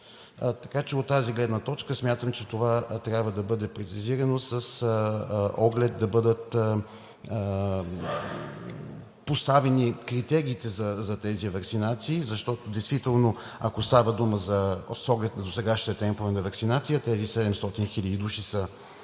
Така че от тази гледна точка смятам, че това трябва да бъде прецизирано, да бъдат поставени критериите за тези ваксинации, защото действително, ако става дума, с оглед досегашните темпове на ваксинация. Да бъдат